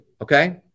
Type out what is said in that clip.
okay